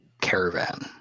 caravan